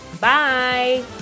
Bye